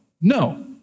no